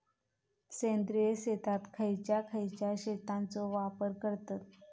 सेंद्रिय शेतात खयच्या खयच्या खतांचो वापर करतत?